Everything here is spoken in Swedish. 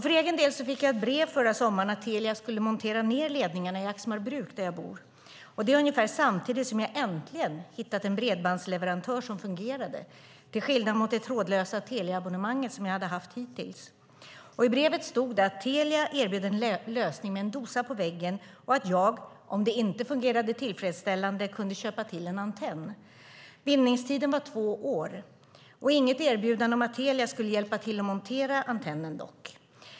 För egen del fick jag ett brev förra sommaren om att Telia skulle montera ned ledningarna i Axmarbruk där jag bor, och det ungefär samtidigt som jag äntligen hade hittat ett bredbandsalternativ som fungerade, till skillnad mot det trådlösa Teliaabonnemang som jag hade haft dittills. I brevet stod att Telia erbjuder en lösning med en dosa på väggen och att jag, om det inte fungerade tillfredsställande, kunde köpa till en antenn. Bindningstiden var två år; inget erbjudande dock om att Telia skulle hjälpa till att montera antennen.